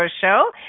Show